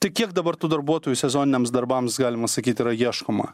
tai kiek dabar tų darbuotojų sezoniniams darbams galima sakyt yra ieškoma